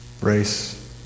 race